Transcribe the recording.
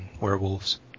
werewolves